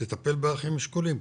לטפל באחים שכולים,